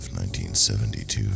1972